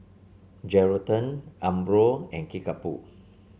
Geraldton Umbro and Kickapoo